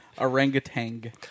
Orangutan